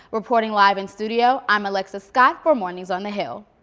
reporting live in studio, i'm alexis scott for mornings on the hill.